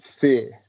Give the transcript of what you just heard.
fear